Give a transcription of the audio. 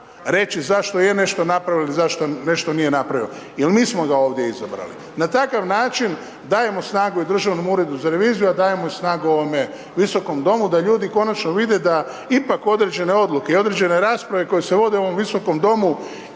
reći zašto je nešto napravili ili zašto nešto nije napravio, jel mi smo ga ovdje izabrali. Na takav način dajemo snagu i Državnom uredu za reviziju, a dajemo i snagu ovome Visokom domu da ljudi konačno vide da ipak određene odluke i određene rasprave koje se vode u ovom Visokom domu